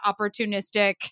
opportunistic